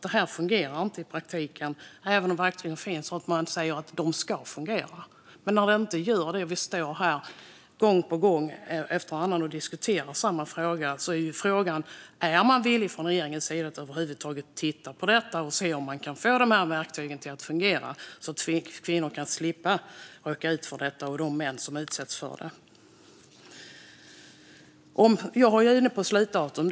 Det fungerar inte i praktiken, även om verktygen finns och man säger att de ska fungera. Men när de inte gör det och vi står här gång på gång och diskuterar samma fråga undrar jag: Är man villig från regeringens sida att över huvud taget titta på detta och se om man kan få verktygen att fungera, så att kvinnor - och de män som utsätts för detta - kan slippa råka ut för detta? Jag är då inne på slutdatum.